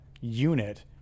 unit